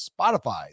Spotify